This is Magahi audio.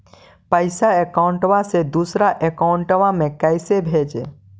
पैसा अकाउंट से दूसरा अकाउंट में कैसे भेजे?